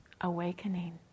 awakening